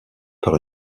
par